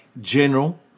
general